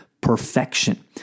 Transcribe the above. perfection